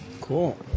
Cool